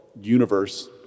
universe